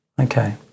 Okay